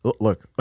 look